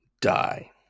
die